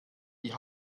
die